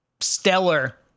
stellar